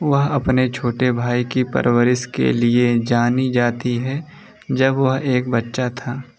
वह अपने छोटे भाई की परवरिश के लिए जानी जाती है जब वह एक बच्चा था